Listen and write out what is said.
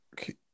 okay